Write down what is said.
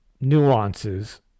nuances